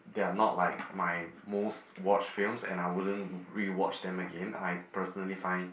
they are not like my most watched films and I wouldn't rewatch them again I personally find